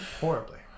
Horribly